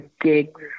gigs